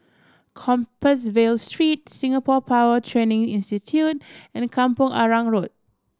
Compassvale Street Singapore Power Training Institute and Kampong Arang Road